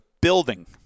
building